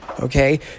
Okay